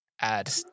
add